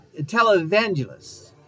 televangelists